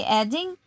adding